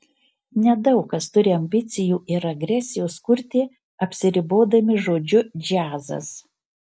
nedaug kas turi ambicijų ir agresijos kurti apsiribodami žodžiu džiazas